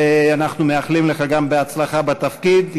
ואנחנו מאחלים לך גם בהצלחה בתפקיד,